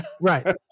Right